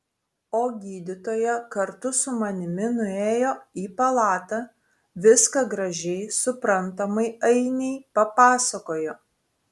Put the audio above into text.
o gydytoja kartu su manimi nuėjo į palatą viską gražiai suprantamai ainei papasakojo